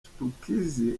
chipukizzy